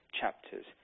Chapters